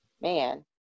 Man